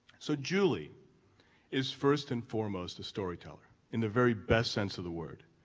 so, julie is first and foremost a story teller in the very best sense of the work.